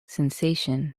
sensation